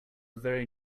very